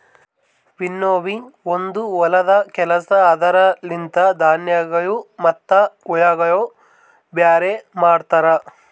winnowing ಒಂದು ಹೊಲದ ಕೆಲಸ ಅದುರ ಲಿಂತ ಧಾನ್ಯಗಳು ಮತ್ತ ಹುಳಗೊಳ ಬ್ಯಾರೆ ಮಾಡ್ತರ